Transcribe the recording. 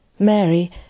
Mary